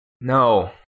No